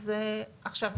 עכשיו,